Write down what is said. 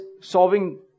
solving